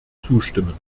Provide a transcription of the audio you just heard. zustimmen